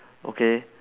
okay